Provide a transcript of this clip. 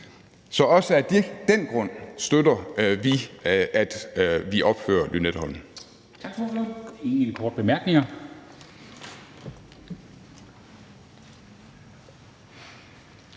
Så også af den grund støtter vi, at vi opfører Lynetteholm.